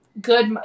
good